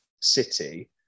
City